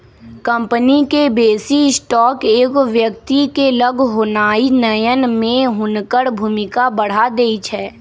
company के बेशी stock एगो व्यक्ति के लग होनाइ नयन में हुनकर भूमिका बढ़ा देइ छै